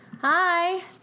Hi